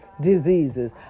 diseases